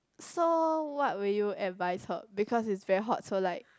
so what would you advise her because it's very hot so like